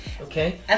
Okay